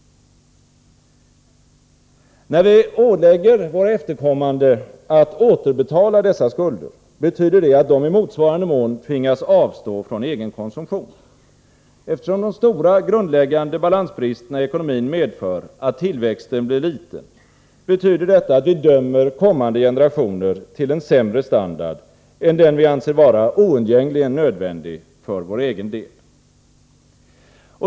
När vi ålägger våra efterkommande att återbetala dessa skulder, betyder det att de i motsvarande mån tvingas avstå från egen konsumtion. Eftersom de stora grundläggande balansbristerna i ekonomin medför att tillväxten blir liten, betyder detta att vi dömer kommande generationer till en sämre standard än den vi anser vara oundgängligen nödvändig för vår egen del.